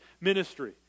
ministry